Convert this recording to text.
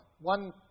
One